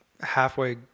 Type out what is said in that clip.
halfway